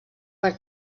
per